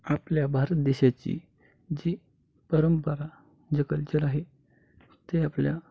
आपल्या भारत देशाची जी परंपरा जे कल्चर आहे ते आपल्या